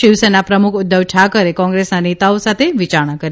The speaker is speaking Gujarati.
શિવસેના પ્રમુખ ઉદ્ધવ ઠાકરેએ કોંગ્રેસના નેતાઓ સાથે વિચારણા કરી